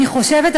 אני חושבת,